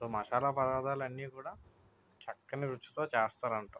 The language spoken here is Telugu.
సో మసాలా పదార్థాలు అన్నీ కూడా చక్కని రుచితో చేస్తారు అంటావు